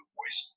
voice